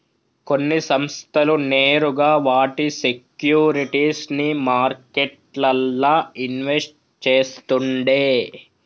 కొన్ని సంస్థలు నేరుగా వాటి సేక్యురిటీస్ ని మార్కెట్లల్ల ఇన్వెస్ట్ చేస్తుండే